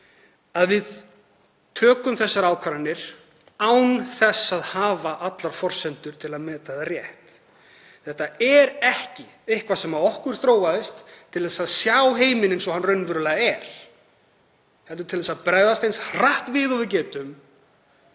að við tökum ákvarðanir án þess að hafa allar forsendur til að meta þær rétt. Þetta er ekki eitthvað sem þróaðist hjá okkur til að sjá heiminn eins og hann raunverulega er heldur til að bregðast eins hratt við og við getum